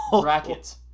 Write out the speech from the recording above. Brackets